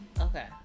Okay